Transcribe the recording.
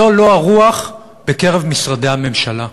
זו לא הרוח בקרב משרדי הממשלה.